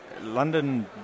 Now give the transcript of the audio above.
London